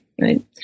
right